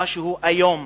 משהו איום,